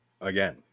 again